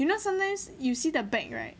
you know sometimes you see the bank back